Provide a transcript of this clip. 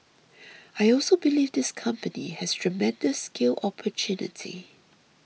I also believe this company has tremendous scale opportunity